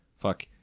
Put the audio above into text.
fuck